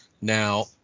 Now